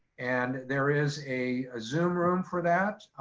and there is a zoom room for that.